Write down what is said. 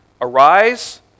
Arise